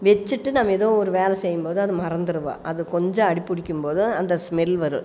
வச்சிட்டு நம்ம ஏதோ ஒரு வேலை செய்யும்போது அதை மறந்துட்ருவோம் அது கொஞ்சம் அடிபிடிக்கும்போது அந்த ஸ்மெல் வரும்